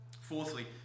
Fourthly